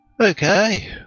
Okay